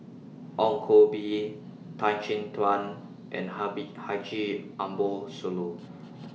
Ong Koh Bee Tan Chin Tuan and Haji Ambo Sooloh